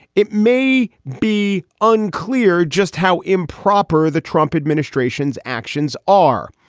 it may be unclear just how improper the trump administration's actions are.